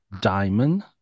diamond